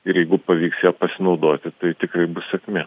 ir jeigu pavyks ja pasinaudoti tai tikrai bus sėkmė